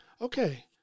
okay